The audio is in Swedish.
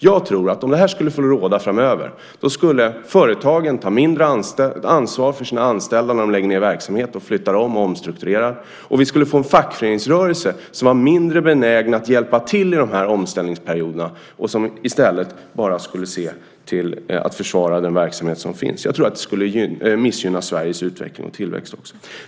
Jag tror att om detta skulle få råda framöver skulle företagen ta mindre ansvar för sina anställda när de lägger ned verksamhet, flyttar om och omstrukturerar, och vi skulle få en fackföreningsrörelse som var mindre benägen att hjälpa till under dessa omställningsperioder och som i stället bara skulle försvara den verksamhet som finns. Jag tror att det skulle missgynna Sveriges utveckling och tillväxt också.